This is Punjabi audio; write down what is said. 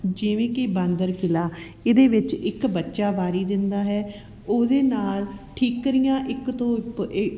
ਜਿਵੇਂ ਕਿ ਬਾਂਦਰ ਕਿੱਲਾ ਇਹਦੇ ਵਿੱਚ ਇੱਕ ਬੱਚਾ ਵਾਰੀ ਦਿੰਦਾ ਹੈ ਉਹਦੇ ਨਾਲ ਠੀਕਰੀਆਂ ਇੱਕ ਤੋਂ